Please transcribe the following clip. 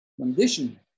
condition